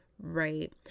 right